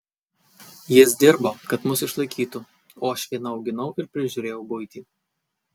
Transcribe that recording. jis dirbo kad mus išlaikytų o aš viena auginau ir prižiūrėjau buitį